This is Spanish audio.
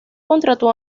contrató